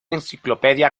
enciclopedia